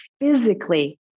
physically